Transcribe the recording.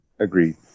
Agreed